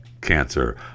cancer